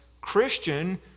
Christian